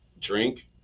drink